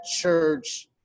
church